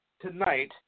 tonight